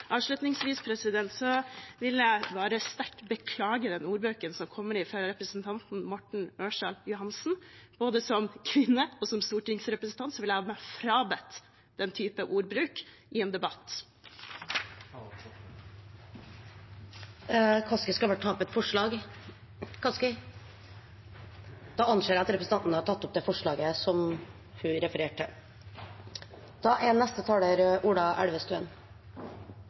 Avslutningsvis vil jeg bare sterkt beklage den ordbruken som kommer fra representanten Morten Ørsal Johansen. Både som kvinne og som stortingsrepresentant vil jeg ha meg frabedt den type ordbruk i en debatt. Jeg tar opp forslaget SV er en del av. Representanten Kari Elisabeth Kaski har tatt opp det forslaget hun refererte til. Fra Venstres side mener vi det er